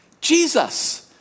Jesus